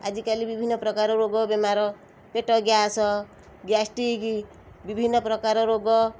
ଆଜିକାଲି ବିଭିନ୍ନ ପ୍ରକାର ରୋଗ ବେମାର ପେଟ ଗ୍ୟାସ୍ ଗ୍ୟାଷ୍ଟିକ୍ ବିଭିନ୍ନ ପ୍ରକାର ରୋଗ